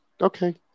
Okay